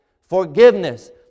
Forgiveness